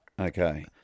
Okay